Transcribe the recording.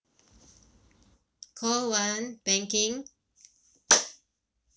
call one banking